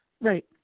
Right